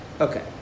Okay